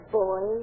boy